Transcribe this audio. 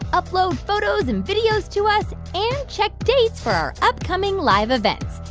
upload photos and videos to us and check dates for our upcoming live events.